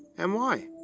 and why?